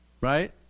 Right